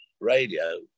radio